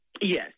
Yes